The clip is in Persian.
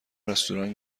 رستوران